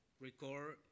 record